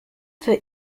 für